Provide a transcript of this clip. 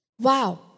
Wow